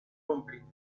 rumbling